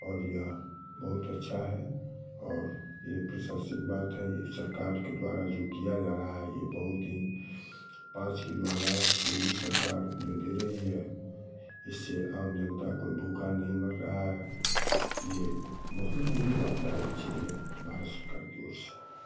और यह बहुत अच्छा है और ये प्रशंसिक बात है ये सरकार के द्वारा जो किया जा रहा है ये बहुत ही पाँच किलो आनाज ये भी सरकार जो दे रही है इससे आम जनता कोई भूखा नहीं मर रहा है ये एक बहुत ही लाभदायक चीज है भारत सरकार की ओर से